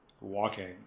walking